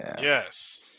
Yes